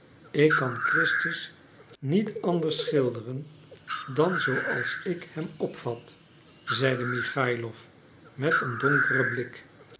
ik kan christus niet anders schilderen dan zooals ik hem opvat zeide michaïlof met een donkeren blik